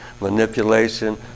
manipulation